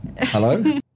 Hello